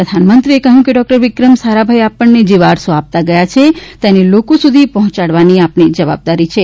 પ્રધાનમંત્રીએ કહ્યું કે ડોક્ટર વિક્રમ સારાભાઇ આપણને જે વારસો આપતાં ગયા છે તેને લોકો સુધી પહોંચાડવાની આપણી જવાબદારી છે